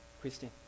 Christine